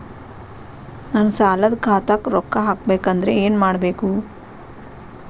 ನನ್ನ ಸಾಲದ ಖಾತಾಕ್ ರೊಕ್ಕ ಹಾಕ್ಬೇಕಂದ್ರೆ ಏನ್ ಮಾಡಬೇಕು?